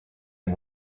and